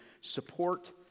support